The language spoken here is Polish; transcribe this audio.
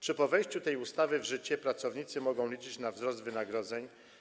Czy po wejściu tej ustawy w życie pracownicy mogą liczyć na wzrost wynagrodzeń?